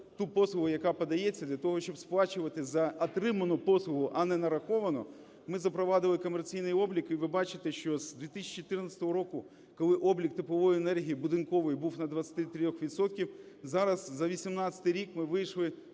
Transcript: ту послугу, яка подається. Для того щоб сплачувати за отриману послугу, а не нараховану, ми запровадили комерційний облік. І вибачте, що з 2014 року, коли облік теплової енергії будинкової був на 23 відсотки, зараз за 18-й рік ми вийшли